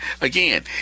Again